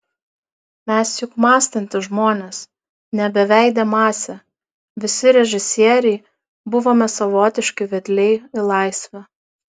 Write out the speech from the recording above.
mes juk mąstantys žmonės ne beveidė masė visi režisieriai buvome savotiški vedliai į laisvę